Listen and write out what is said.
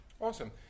Awesome